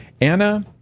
Anna